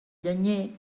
llenyer